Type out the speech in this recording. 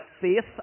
faith